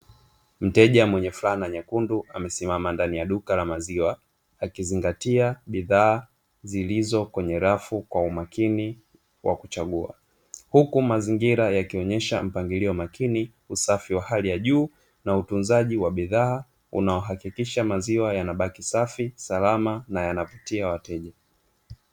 Mteja mwenye fulana nyekundu amesimama ndani ya duka la maziwa akizingatia bidhaa zilizo kwenye rafu kwa umakini wa kuchagua huku mazingira yakionyesha mpangilio makini, usafi wa hali ya juu na utunzaji wa bidhaa unaohakikisha maziwa yanabaki safi, salama na yanavutia wateja.